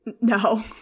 No